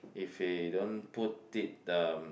if we don't put it um